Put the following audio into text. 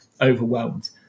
overwhelmed